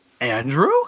Andrew